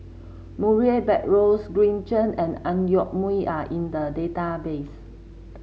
Murray Buttrose Green Zeng and Ang Yoke Mooi are in the database